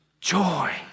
joy